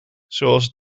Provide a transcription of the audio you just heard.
zoals